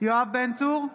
יואב בן צור,